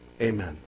amen